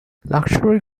luxury